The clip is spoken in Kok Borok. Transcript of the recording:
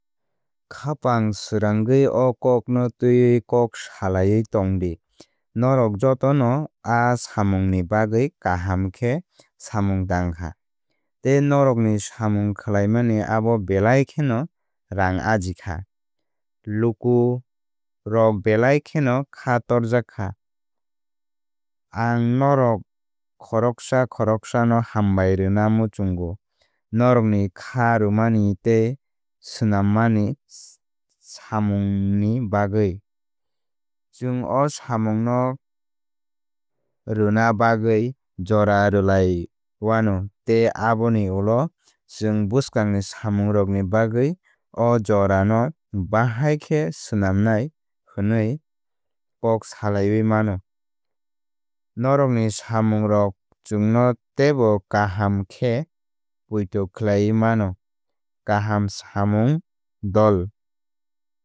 Khapang srangwi o kokno twiwi kok salaiwi tongdi. Norok jotono a samungni bagwi kaham khe samung tangkha tei norokni samung khlaimani abo belai kheno rang ajikha. Lukurok belai kheno khá torjak kha. Ang norok khoroksa khoroksano hambai rwna muchungo norokni khá rwmani tei swnammani samungni bagwi. Chwng o samungno rwna bagwi jora rwlaiyanu tei aboni ulo chwng bwskangni samungrokni bagwi o jora no bahai khe swnamnai hwnwi kók salaiwi mano. Norokni samungrok chwngno teibo kaham khe poito khlaiwi mano kaham samung dol.